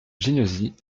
ginesy